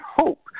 hope